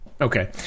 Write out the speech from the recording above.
Okay